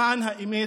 למען האמת,